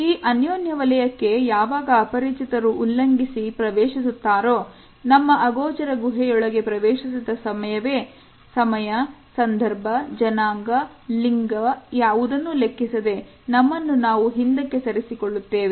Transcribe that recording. ಈ ಅನ್ಯೋನ್ಯ ವಲಯಕ್ಕೆ ಯಾವಾಗ ಅಪರಿಚಿತರು ಉಲ್ಲಂಘಿಸಿ ನಮ್ಮ ಅಗೋಚರ ಗುಹೆಯೊಳಗೆ ಪ್ರವೇಶಿಸಿದ ಸಮಯ ಸಂದರ್ಭ ಜನಾಂಗ ಲಿಂಗವನ್ನು ಲೆಕ್ಕಿಸದೆ ನಮ್ಮನ್ನು ನಾವು ಹಿಂದಕ್ಕೆ ಸರಿಸಿ ಕೊಳ್ಳುತ್ತೇವೆ